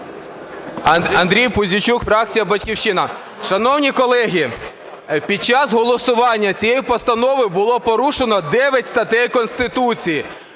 Андрій Пузійчук, фракція "Батьківщина". Шановні колеги, під час голосування цією постановою було порушено 9 статей Конституції,